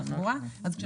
רפאל בשלומי,